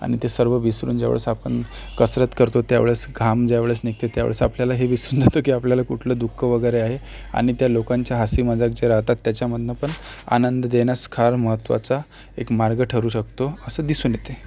आणि ते सर्व विसरून ज्या वेळेस आपण कसरत करतो त्या वेळेस घाम ज्या वेळेस निघते त्या वेळेस आपल्याला हे विसरून जातो की आपल्याला कुठलं दुःख वगैरे आहे आणि त्या लोकांच्या हसी मजाक जे राहतात त्याच्यामधून पण आनंद देण्यास खार महत्त्वाचा एक मार्ग ठरू शकतो असं दिसून येते